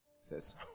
says